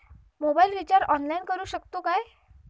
Mobile recharge online करुक शकतू काय?